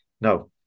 No